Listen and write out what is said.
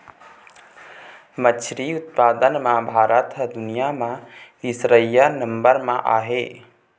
मछरी उत्पादन म भारत ह दुनिया म तीसरइया नंबर म आहे